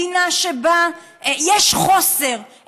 מדינה שבה יש חוסר,